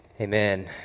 Amen